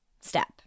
step